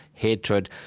hatred,